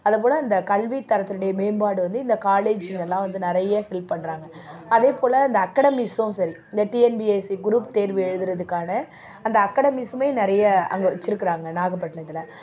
அது போல் இந்த கல்வித் தரத்தினுடைய மேம்பாடு வந்து இந்த காலேஜுலலாம் வந்து நிறைய ஹெல்ப் பண்ணுறாங்க அதே போல் இந்த அக்கடமீஸும் சரி இந்த டிஎன்பிஎஸ்சி குரூப் தேர்வு எழுதுகிறதுக்கான அந்த அக்கடமீஸுமே நிறைய அங்கே வெச்சிருக்குறாங்க நாகப்பட்டினத்துல